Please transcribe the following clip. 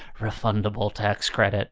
refundable tax credit